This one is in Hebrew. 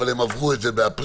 אבל הן עברו את זה באפריל,